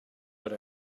but